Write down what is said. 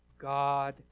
God